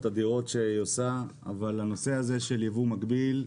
אדירות שהיא עושה אבל הנושא הזה של יבוא מקביל,